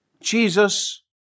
Jesus